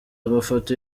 amafoto